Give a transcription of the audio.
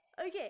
Okay